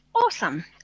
Awesome